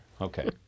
Okay